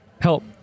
Help